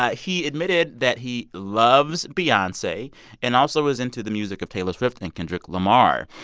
ah he admitted that he loves beyonce and also was into the music of taylor swift and kendrick lamar.